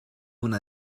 una